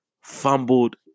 fumbled